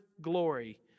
glory